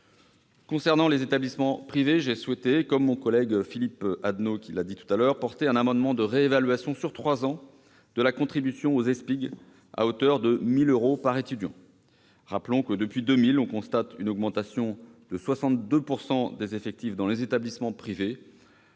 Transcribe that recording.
Concernant les établissements privés, j'ai souhaité, comme mon collègue Philippe Adnot, porter un amendement de réévaluation sur trois ans de la contribution aux EESPIG, à hauteur de 1 000 euros par étudiant. Rappelons que, depuis 2000, on constate une augmentation de 62 % des effectifs dans les établissements privés,